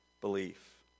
belief